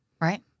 Right